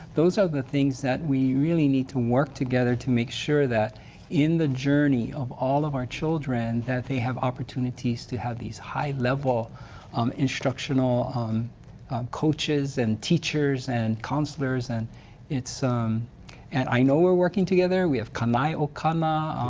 those are the things that we really need to work together to make sure that in the journey of all of our children, that they have opportunities to have these high level um instructional um coaches and teachers and counselors and um and i know we're working together. we have kanai okana,